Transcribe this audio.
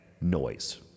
Noise